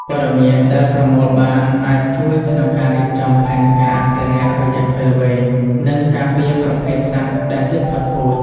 ព័ត៌មានដែលប្រមូលបានអាចជួយក្នុងការរៀបចំផែនការអភិរក្សរយៈពេលវែង និងការពារប្រភេទសត្វដែលជិតផុតពូជ។